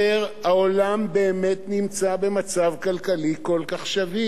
העולם באמת נמצא במצב כלכלי כל כך שביר.